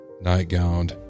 nightgown